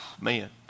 man